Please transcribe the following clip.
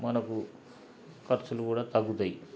మనకు ఖర్చులు కూడా తగ్గుతాయి